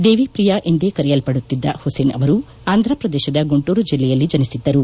ದೇವಿ ಪ್ರಿಯ ಎಂದೇ ಕರೆಯಲ್ಪಡುತ್ತಿದ್ದ ಹುಸೇನ್ ಅವರು ಆಂಧಪ್ರದೇಶದ ಗುಂಟೂರು ಜಿಲ್ಲೆಯಲ್ಲಿ ಜನಿಸಿದ್ದರು